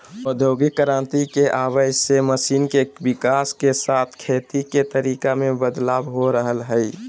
औद्योगिक क्रांति के आवय से मशीन के विकाश के साथ खेती के तरीका मे बदलाव हो रहल हई